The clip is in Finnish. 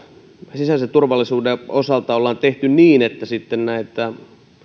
sisäisen turvallisuuden osalta ollaan tehty niin että sitten näitä